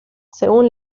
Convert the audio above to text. según